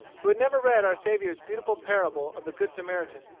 who had never read our saviour's beautiful parable of the good samaritan,